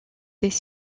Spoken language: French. des